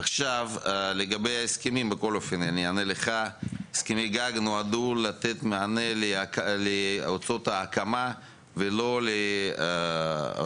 לגבי ההסכמים הסכמי גג נועדו לתת מענה להוצאות הקמה ולא ל ---,